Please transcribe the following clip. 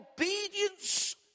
obedience